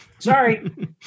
Sorry